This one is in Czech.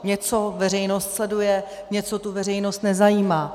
Něco veřejnost sleduje, něco veřejnost nezajímá.